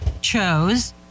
chose